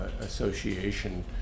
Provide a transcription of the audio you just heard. association